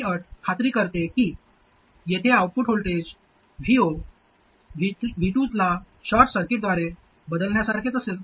ही अट खात्री करते की येथे आउटपुट व्होल्टेज Vo C2 ला शॉर्ट सर्किटद्वारे बदलण्यासारखेच असेल